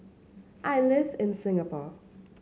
I live in Singapore